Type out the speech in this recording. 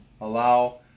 allow